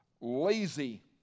lazy